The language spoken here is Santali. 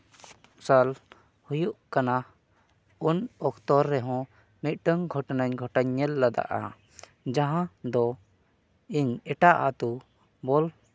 ᱥᱟᱞ ᱦᱩᱭᱩᱜ ᱠᱟᱱᱟ ᱩᱱ ᱚᱠᱛᱚ ᱨᱮᱦᱚᱸ ᱢᱤᱫᱴᱟᱹᱝ ᱜᱷᱚᱴᱚᱱᱟ ᱜᱷᱚᱴᱟᱣᱮᱧ ᱧᱮᱞ ᱞᱮᱫᱟᱜᱼᱟ ᱡᱟᱦᱟᱸ ᱫᱚ ᱤᱧ ᱮᱴᱟᱜ ᱟᱛᱳ ᱵᱚᱞ